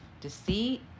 deceit